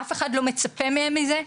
אף אחד לא מצפה מהם לזה,